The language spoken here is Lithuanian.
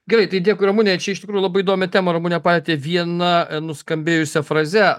gerai tai dėkui ramune čia iš tikrųjų labai įdomią temą ramune palietei viena nuskambėjusia fraze